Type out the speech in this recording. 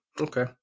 Okay